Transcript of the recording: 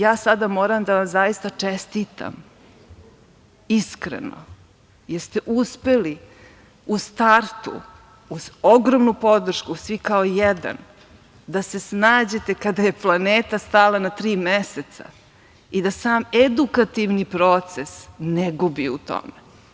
Ja sada moram da vam čestitam iskreno jer ste uspeli u startu uz ogromnu podršku, svi kao jedan, da se snađete kada je planeta stala na tri meseca i da sam edukativni proces ne gubi u tome.